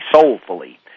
soulfully